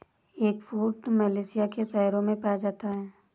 eggfruit Malaysia के शहरों में पाया जाता है